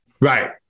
Right